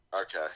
Okay